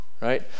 right